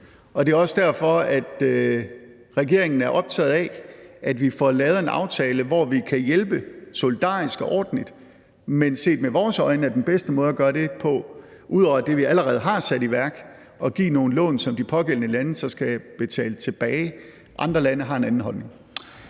Det er også derfor, at regeringen er optaget af, at vi får lavet en aftale, hvor vi kan hjælpe solidarisk og ordentligt. Men set med vores øjne er den bedste måde at gøre det på – ud over det, vi allerede har sat i værk – at give nogle lån, som de pågældende lande så skal betale tilbage. Andre lande har en anden holdning.